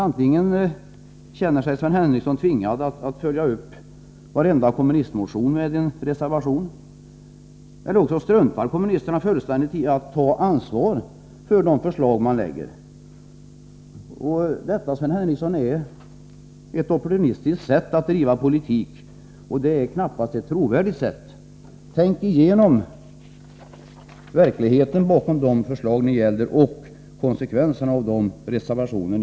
Antingen känner sig Sven Henricsson tvingad att följa upp varje kommunistmotion med en reservation eller också struntar kommunisterna fullständigt i att ta ansvar för de förslag som de lägger fram. Detta är ett opportunistiskt sätt att driva politik, Sven Henricsson, och det är knappast trovärdigt. Tänk igenom verkligheten bakom de förslag som ni ställer och konsekvenserna av era reservationer.